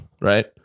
Right